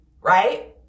right